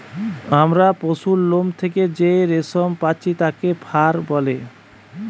আমরা পশুর লোম থেকে যেই রেশম পাচ্ছি তাকে ফার বলে